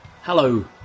Hello